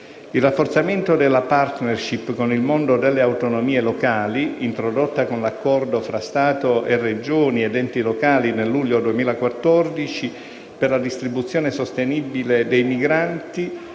Il rafforzamento della *partnership* con il mondo delle autonomie locali, introdotta con l'accordo tra Stato, Regioni ed enti locali nel luglio 2014, per la distribuzione sostenibile dei migranti